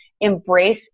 embrace